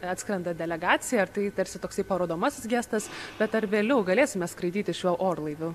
atskrenda delegacija ar tai tarsi toksai parodomasis gestas bet ar vėliau galėsime skraidyti šiuo orlaiviu